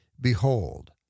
Behold